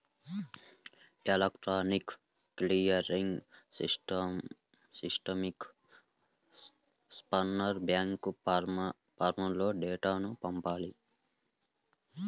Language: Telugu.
ఎలక్ట్రానిక్ క్లియరింగ్ సిస్టమ్కి స్పాన్సర్ బ్యాంక్ ఫారమ్లో డేటాను పంపాలి